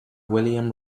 william